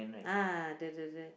ah the the the